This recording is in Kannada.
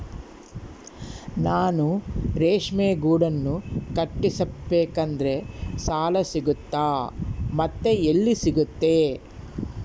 ನಾನು ರೇಷ್ಮೆ ಗೂಡನ್ನು ಕಟ್ಟಿಸ್ಬೇಕಂದ್ರೆ ಸಾಲ ಸಿಗುತ್ತಾ ಮತ್ತೆ ಎಲ್ಲಿ ಸಿಗುತ್ತೆ?